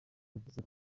yagize